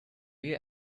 you